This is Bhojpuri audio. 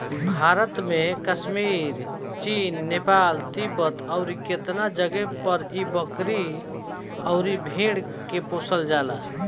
भारत में कश्मीर, चीन, नेपाल, तिब्बत अउरु केतना जगे पर इ बकरी अउर भेड़ के पोसल जाला